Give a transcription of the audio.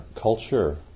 culture